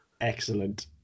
Excellent